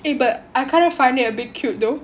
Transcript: eh but I kind of find it a bit cute though